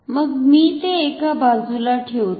मग मी ते एका बाजूला ठेवतो